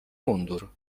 mundur